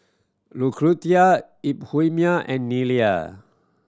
Lucretia Euphemia and Nellie